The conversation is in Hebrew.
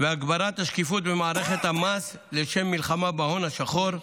והגברת השקיפות במערכת המס לשם מלחמה בהון השחור,